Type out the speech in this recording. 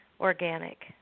organic